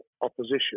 opposition